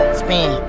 spin